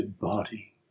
body